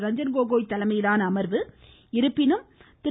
ரஞ்சன் கோகோய் தலைமையிலான அமர்வு இருப்பினும் திரு